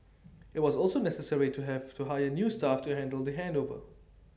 IT was also necessary to hear for to hire new staff to handle the handover